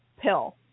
pill